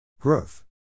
Growth